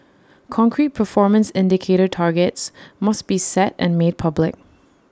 concrete performance indicator targets must be set and made public